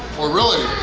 or really